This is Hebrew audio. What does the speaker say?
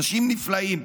אנשים נפלאים,